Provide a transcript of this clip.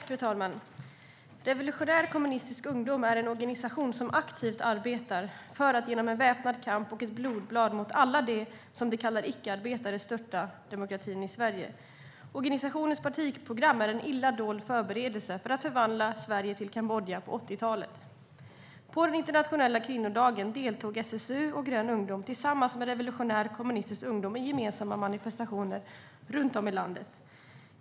Fru talman! Revolutionär kommunistisk ungdom är en organisation som aktivt arbetar för att genom en väpnad kamp och ett blodbad mot alla dem som de kallar "icke-arbetare" störta demokratin i Sverige. Organisationens partiprogram är en illa dold förberedelse för att förvandla Sverige till Kambodja på 80-talet. På internationella kvinnodagen deltog SSU och Grön ungdom tillsammans med Revolutionär kommunistisk ungdom i gemensamma manifestationer runt om i landet.